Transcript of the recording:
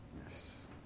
Yes